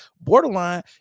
borderline